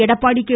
Edappadi K